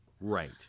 Right